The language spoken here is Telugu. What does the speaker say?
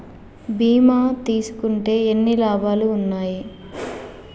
బీమా తీసుకుంటే ఎన్ని లాభాలు ఉన్నాయి?